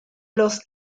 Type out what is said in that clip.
los